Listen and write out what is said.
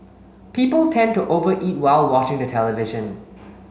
people tend to over eat while watching the television